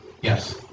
Yes